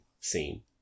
scene